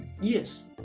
Yes